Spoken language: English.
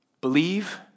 Believe